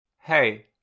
Hey